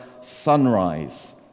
sunrise